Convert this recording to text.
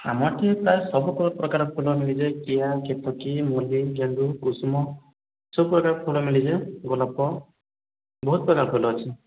ଆମ ଏଇଠି ପ୍ରାୟ ସବୁ ପ୍ରକାର ଫୁଲ ମିଳିଯାଏ କିଆ କେତକି ମଲ୍ଲି ଗେଣ୍ଡୁ କୁସୁମ ସବୁ ପ୍ରକାର ଫୁଲ ମିଳିଯାଏ ଗୋଲାପ ବହୁତ ପ୍ରକାର ଫୁଲ ଅଛି